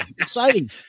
exciting